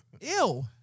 Ew